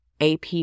AP